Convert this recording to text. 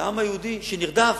והעם היהודי, שנרדף,